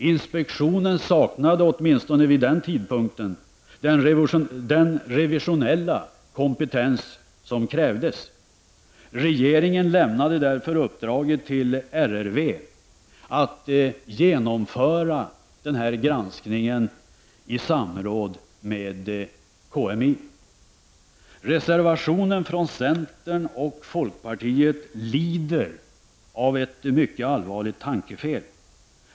Inspektionen saknade åtminstone vid den tidpunkten den revisionella kompetens som krävdes. Regeringen lämnade därför uppdraget till RRV att genomföra granskningen i samråd med KMI. Reservationen från centern och folkpartiet lider av ett mycket allvarligt tankefel.